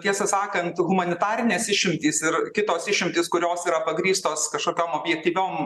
tiesą sakant humanitarinės išeitis ir kitos išimtys kurios yra pagrįstos kažkiom objektyviom